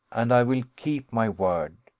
and i will keep my word.